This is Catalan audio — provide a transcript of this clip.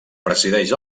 presideix